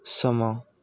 ਸਮਾਂ